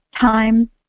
time